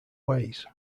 ways